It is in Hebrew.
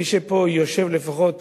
מי שפה יושב לפחות